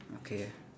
okay